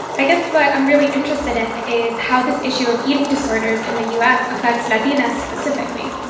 i guess what i'm really interested in is how this issue of eating disorders in the u s. affects latinas specifically.